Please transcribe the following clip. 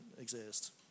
exist